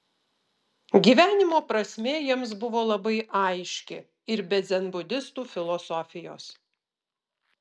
gyvenimo prasmė jiems buvo labai aiški ir be dzenbudistų filosofijos